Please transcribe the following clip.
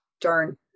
Darn